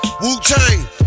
Wu-Tang